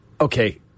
okay